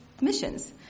missions